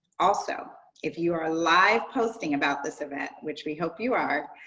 also, if you are live posting about this event, which we hope you are,